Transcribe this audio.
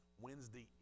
Wednesday